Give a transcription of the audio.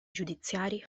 giudiziari